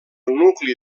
nucli